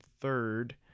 third